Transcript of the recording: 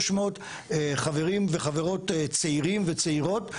300 חברים וחברות צעירים וצעירות